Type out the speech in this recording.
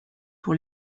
pour